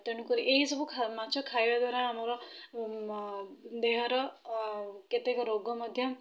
ତେଣୁ କରିକି ଏଇସବୁ ମାଛ ଖାଇବା ଦ୍ୱାରା ଆମର ଦେହର କେତେକ ରୋଗ ମଧ୍ୟ